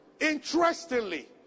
interestingly